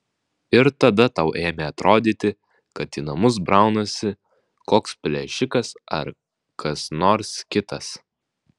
ir tada tau ėmė atrodyti kad į namus braunasi koks plėšikas ar kas nors kitas